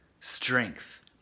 strength